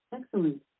Excellent